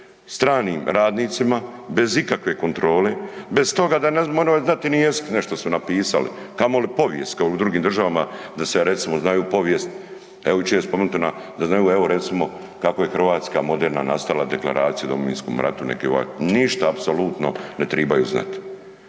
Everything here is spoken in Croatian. stranim radnicima bez ikakve kontrole, bez toga da ne moraju znati ni jezik, nešto su napisali, kamoli povijest kao u drugim državama da se recimo znaju povijest. Evo jučer je spomenuto da znaju evo recimo kako je Hrvatska moderna nastala, Deklaracija o Domovinskom ratu, ništa apsolutno ne tribaju znat.